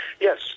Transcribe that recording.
Yes